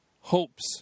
hopes